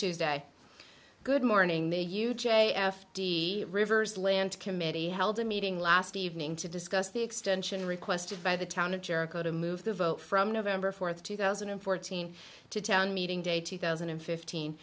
tuesday good morning the you j f d rivers land committee held a meeting last evening to discuss the extension requested by the town of jericho to move the vote from november fourth two thousand and fourteen to town meeting day two thousand and fifteen